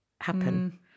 happen